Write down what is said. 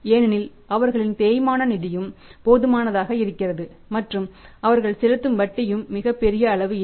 ஏனெனில் அவர்களின் தேய்மான நிதியும் போதுமானதாக இருக்கிறது மற்றும் அவர்கள் செலுத்தும் வட்டியும் மிகப் பெரிய அளவு இல்லை